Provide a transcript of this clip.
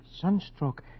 sunstroke